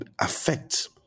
affect